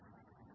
student 3408